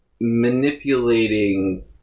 manipulating